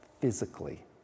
physically